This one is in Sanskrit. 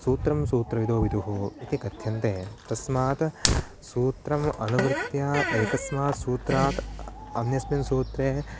सूत्रं सूत्रविदोविदुः इति कथ्यन्ते तस्मात् सूत्रम् अनुवृत्या एकस्मात् सूत्रात् अन्यस्मिन् सूत्रे